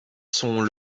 sont